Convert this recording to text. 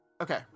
Okay